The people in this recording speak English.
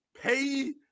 pay